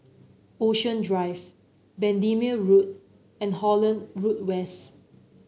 Ocean Drive Bendemeer Road and Holland Road West